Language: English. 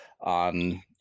on